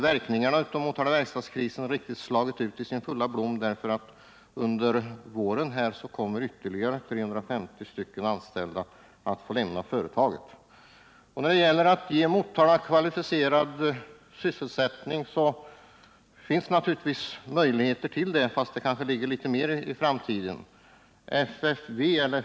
Verkningarna av Motalakrisen har ju ännu inte slagit ut i sin fulla blom — under våren kommer nämligen ytterligare 350 anställda att få lämna företaget. När det gäller att ge Motala kvalificerad sysselsättning finns det naturligtvis möjligheter, men det kanske ligger mer i framtiden.